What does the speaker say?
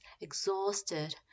exhausted